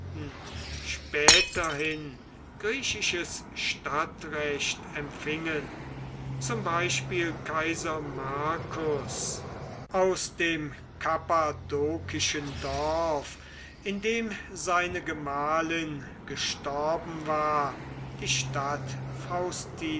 späterhin griechisches stadtrecht empfingen zum beispiel kaiser marcus aus dem kappadokischen dorf in dem seine gemahlin gestorben war die stadt